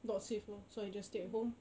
not safe lor so I just stay at home